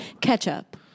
ketchup